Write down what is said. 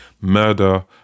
murder